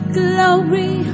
glory